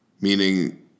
meaning